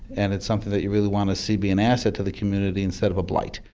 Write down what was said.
and it's something that you really want to see be an asset to the community instead of a blight.